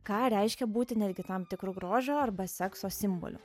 ką reiškia būti netgi tam tikru grožio arba sekso simboliu